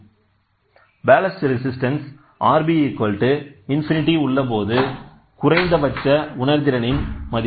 ballast resistance R b ∞உள்ளபோது குறைந்தபட்ச உணர்திறனின் மதிப்பு